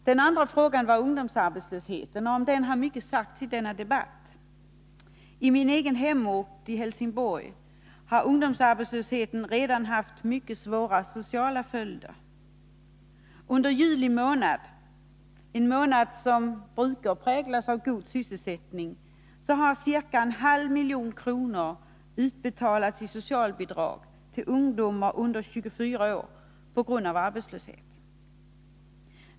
Den andra frågan gäller ungdomsarbetlösheten. Om denna har mycket sagts i den här debatten. I min egen hemort — Helsingborg — har ungdomsarbetslösheten redan fått mycket svåra sociala följder. Under juli månad — en månad som brukar präglas av god sysselsättning — har ca 0,5 milj.kr. utbetalats i form av socialbidrag till ungdomar under 24 år på grund av arbetslöshet.